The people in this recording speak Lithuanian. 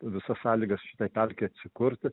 visas sąlygas šitai pelkei atsikurti